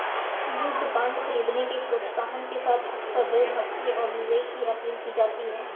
युद्ध बांड खरीदने के प्रोत्साहन के साथ अक्सर देशभक्ति और विवेक की अपील की जाती है